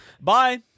Bye